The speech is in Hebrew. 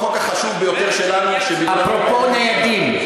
התקציב הוא החוק החשוב ביותר שלנו, אפרופו ניידים.